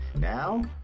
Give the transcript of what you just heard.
Now